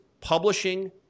publishing